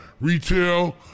retail